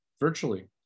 virtually